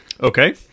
Okay